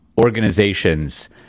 organizations